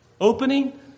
opening